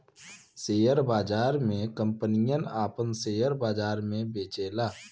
share बाजार मे कंपनियन आपन सेअर बाजार मे बेचेला